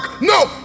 No